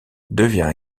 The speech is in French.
devient